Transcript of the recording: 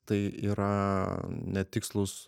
tai yra netikslūs